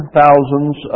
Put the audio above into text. thousands